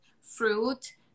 fruit